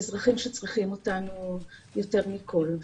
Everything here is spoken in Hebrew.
אזרחים שצריכים אותנו יותר מכול,